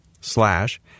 slash